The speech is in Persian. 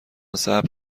صبر